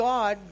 God